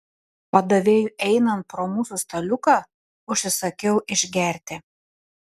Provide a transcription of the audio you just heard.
padavėjui einant pro mūsų staliuką užsisakiau išgerti